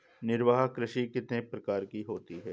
निर्वाह कृषि कितने प्रकार की होती हैं?